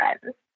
friends